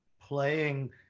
playing